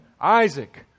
Isaac